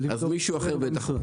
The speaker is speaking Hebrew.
אז מישהו אחר, בטח.